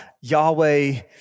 Yahweh